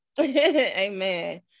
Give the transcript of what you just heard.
amen